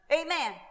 Amen